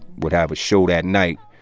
would have a show that night,